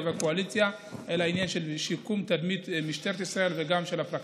וקואליציה אלא עניין של שיקום תדמית משטרת ישראל וגם של הפרקליטות.